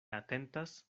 atentas